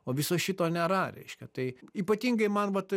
o viso šito nėra reiškia tai ypatingai man vat